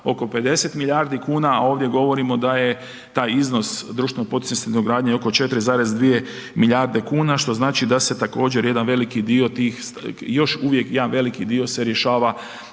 oko 50 milijardi kuna, a ovdje govorimo da je taj iznos …/Govornik se ne razumije./… gradnje oko 4,2 milijarde, što znači da se također jedan veliki dio tih, još uvijek jedan veliki dio se rješava